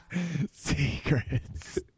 Secrets